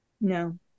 No